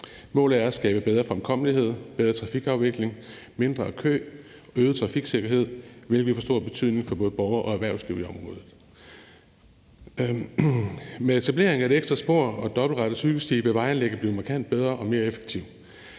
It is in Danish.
Målet er at skabe bedre fremkommelighed, bedre trafikafvikling, mindre kø og øget trafiksikkerhed, hvilket får stor betydning for både borgere og erhvervsliv i området. Med etableringen af et ekstra spor og dobbeltrettet cykelsti vil vejanlægget blive markant bedre og mere effektivt.